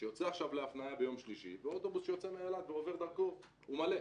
שיוצא להפנייה ביום שלישי ואוטובוס שיוצא מאילת ועובר דרכו הוא מלא.